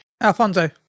Alfonso